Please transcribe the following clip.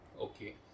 Okay